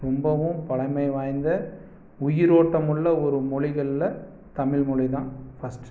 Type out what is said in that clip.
ரொம்பவும் பழைமைவாய்ந்த உயிரோட்டம் உள்ள ஒரு மொழிகளில் தமிழ் மொழிதான் ஃபர்ஸ்ட்